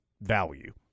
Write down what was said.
value